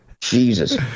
Jesus